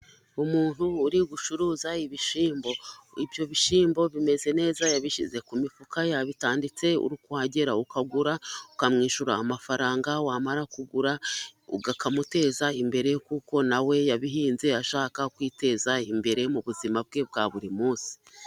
Umuntu uri gucuruza ibishyimbo, ibyo bishyimbo bimeze neza, yabishyize ku mifuka yatanditse, uri kuhagera ukagura ukamwishyura amafaranga, wamara kugura ukamuteza imbere kuko nawe yabihinze ashaka kwiteza imbere mu buzima bwe bwa buri munsi.